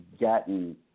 gotten